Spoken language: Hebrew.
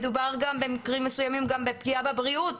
מדובר במקרים מסוימים גם בפגיעה בבריאות,